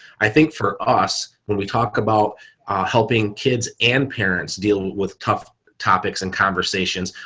i think for us when we talk about helping kids and parents deal with tough topics and conversations,